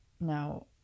now